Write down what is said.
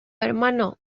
hermanos